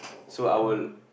so I would